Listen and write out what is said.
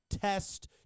test